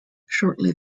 shortly